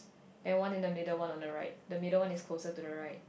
then one in the middle one on the right the middle one is closer to the right